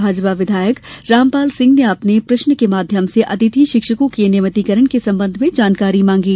भाजपा विधायक रामपाल सिंह ने अपने प्रश्न के माध्यम से अतिथि शिक्षकों के नियमितीकरण के संबंध में जानकारी मांगी